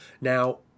Now